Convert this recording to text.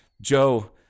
joe